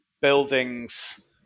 buildings